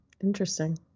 Interesting